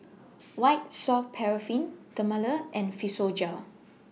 White Soft Paraffin Dermale and Physiogel